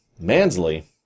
Mansley